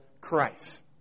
Christ